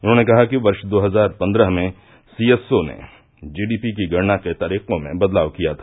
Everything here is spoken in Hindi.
उन्होंने कहा कि वर्ष दो हजार पन्द्रह में सीएसओ ने जीडीपी की गणना के तरीकों में बदलाव किया था